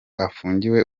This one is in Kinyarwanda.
afungiwe